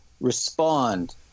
respond